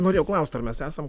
norėjau klaust ar mes esam